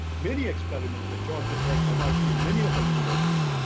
many experiments at georgia tech, mit and many of our universities,